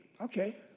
okay